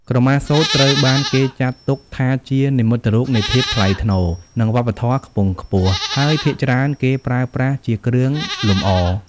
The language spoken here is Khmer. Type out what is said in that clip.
ក្រមាសូត្រត្រូវបានគេចាត់ទុកថាជានិមិត្តរូបនៃភាពថ្លៃថ្នូរ និងវប្បធម៌ខ្ពង់ខ្ពស់ ហើយភាគច្រើនគេប្រើប្រាស់ជាគ្រឿងលម្អ។